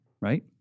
right